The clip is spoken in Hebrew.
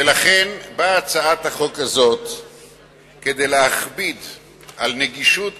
ולכן באה הצעת החוק הזאת כדי להכביד על נגישות